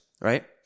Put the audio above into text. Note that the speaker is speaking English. Right